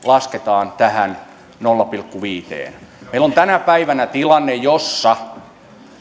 lasketaan tähän nolla pilkku viiteen meillä on tänä päivänä tilanne jossa